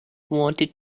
wanted